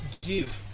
give